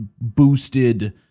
boosted